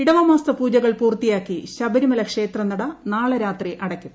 ഇടവമാസ പൂജകൾ പൂർത്തിയാക്കി ശബരിമല ക്ഷേത്ര നട നാളെ രാത്രി അടയ്ക്കും